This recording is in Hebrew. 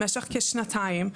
למשך כשנתיים,